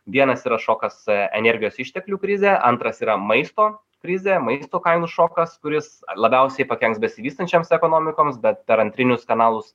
vienas yra šokas e energijos išteklių krizė antras yra maisto krizė maisto kainų šokas kuris labiausiai pakenks besivystančioms ekonomikoms bet per antrinius kanalus